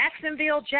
Jacksonville